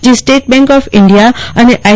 જે State Bank of India અને આઈ